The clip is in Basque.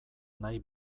nahi